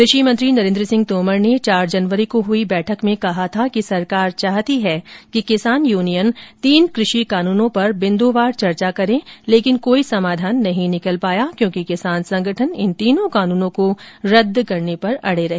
कृषि मंत्री नरेन्द्र सिंह तोमर ने चार जनवरी को हुई बैठक में कहा था कि सरकार चाहती है कि किसान यूनियन तीन कृषि कानूनों पर बिन्दुवार चर्चा करें लेकिन कोई समाधान नहीं निकल पाया क्योंकि किसान संगठन इन तीनों कानूनों को रद्द करने पर अड़े रहे